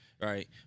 right